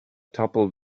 toppled